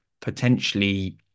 potentially